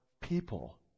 people